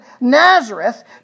Nazareth